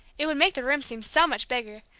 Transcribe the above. it would make the room seem so much bigger.